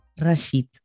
Rashid